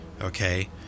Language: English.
Okay